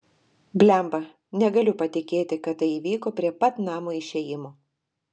blemba negaliu patikėti kad tai įvyko prie pat namo išėjimo